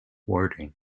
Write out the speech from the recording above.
wording